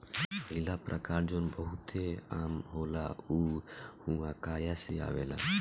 पहिला प्रकार जवन बहुते आम होला उ हुआकाया से आवेला